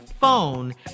phone